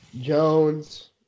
Jones